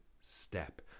step